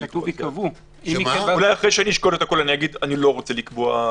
אולי אחרי שאשקול הכול, לא ארצה לקבוע?